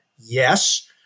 Yes